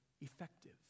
effective